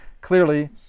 Clearly